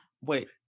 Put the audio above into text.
wait